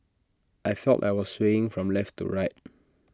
I felt I was swaying from left to right